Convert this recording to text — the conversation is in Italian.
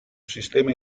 sistema